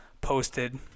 posted